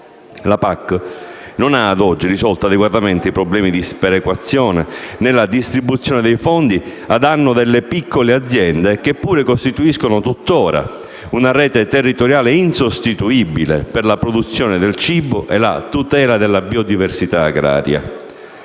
La PAC non ha ad oggi risolto adeguatamente i problemi di sperequazione nella distribuzione dei fondi a danno delle piccole aziende che pure costituiscono, tuttora, una rete territoriale insostituibile per la produzione del cibo e la tutela della biodiversità agraria.